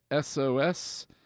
SOS